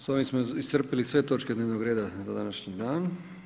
S ovim smo iscrpili sve točke dnevnog reda za današnji dan.